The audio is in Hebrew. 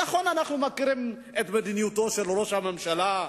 נכון, אנחנו מכירים את מדיניותו של ראש הממשלה.